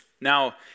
Now